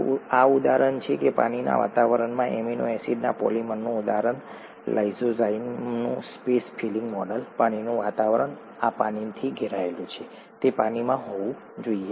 તો આ ઉદાહરણ છે પાણીના વાતાવરણમાં એમિનો એસિડના પોલિમરનું ઉદાહરણ લાઇસોઝાઇમનું સ્પેસ ફિલિંગ મોડલ પાણીનું વાતાવરણ આ પાણીથી ઘેરાયેલું છે તે પાણીમાં હોવું જોઈએ